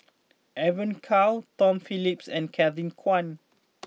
Evon Kow Tom Phillips and Kevin Kwan